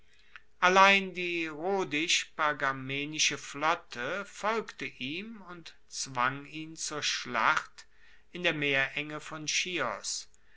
allein die rhodisch pergamenische flotte folgte ihm und zwang ihn zur schlacht in der meerenge von chios